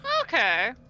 Okay